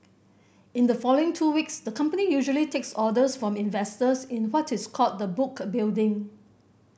in the following two weeks the company usually takes orders from investors in what is called the book building